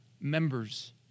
members